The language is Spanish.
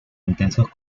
intensos